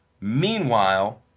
Meanwhile